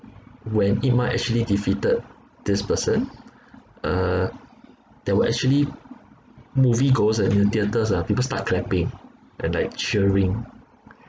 when ip man actually defeated this person uh there were actually moviegoers at the theatres ah people start clapping and like cheering